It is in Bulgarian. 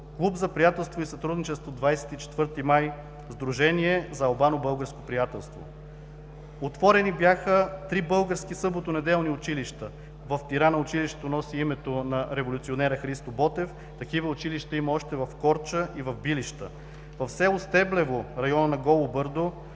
Клуб за приятелство и сътрудничество „24 май“, Сдружение за Албано-българско приятелство. Отворени бяха три български съботно-неделни училища. В Тирана училището носи името на революционера Христо Ботев. Такива училища има още в Корча и в Билища. В село Стеблево – района на Голо бърдо,